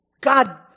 God